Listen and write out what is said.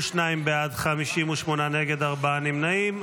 52 בעד, 58 נגד, ארבעה נמנעים.